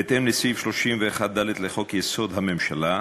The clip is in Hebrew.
בהתאם לסעיף 31(ד) לחוק-יסוד: הממשלה,